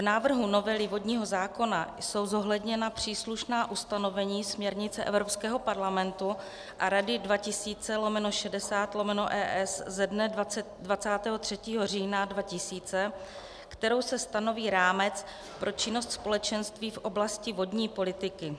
V návrhu novely vodního zákona jsou zohledněna příslušná ustanovení směrnice Evropského parlamentu a Rady 2000/60/ES ze dne 23. října 2000, kterou se stanoví rámec pro činnost společenství v oblasti vodní politiky.